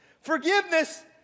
Forgiveness